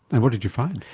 and what did you find?